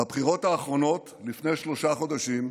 בבחירות האחרונות, לפני שלושה חודשים,